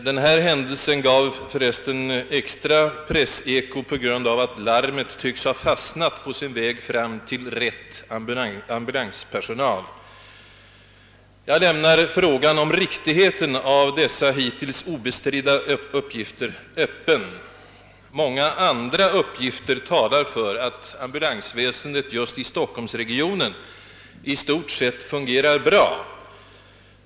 Denna händelse gav för övrigt extra presseko på grund av att larmet enligt dessa uppgifter tycks ha fastnat på sin väg fram till rätt ambulanspersonal. Jag lämnar uttryckligen frågan om riktigheten av dessa i pressen hittills obestridda uppgifter öppen. Många andra uppgifter talar för att ambulansväsendet just i stockholmsregionen i stort sett fungerar bra.